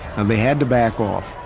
and they had to back off.